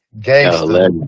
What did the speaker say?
Gangster